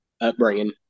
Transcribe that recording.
upbringing